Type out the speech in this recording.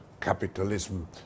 capitalism